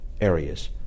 areas